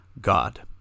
God